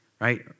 right